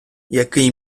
який